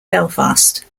belfast